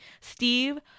Steve